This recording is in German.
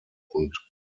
und